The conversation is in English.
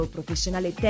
Professionale